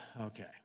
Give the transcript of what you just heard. Okay